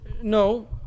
No